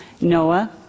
Noah